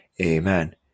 Amen